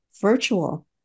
virtual